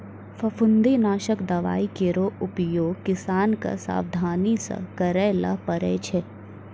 फफूंदी नासक दवाई केरो उपयोग किसान क सावधानी सँ करै ल पड़ै छै